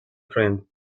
friend